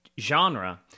genre